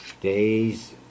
Days